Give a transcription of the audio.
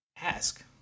ask